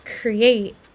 create